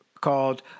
called